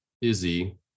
Izzy